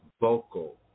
vocal